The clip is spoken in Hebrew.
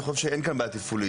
אני חושב שאין כאן בעיה תפעולית.